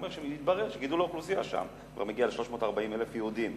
הוא אומר שמתברר שהאוכלוסייה שם כבר מגיעה ל-340,000 יהודים,